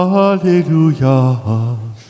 hallelujah